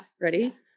Ready